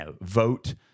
vote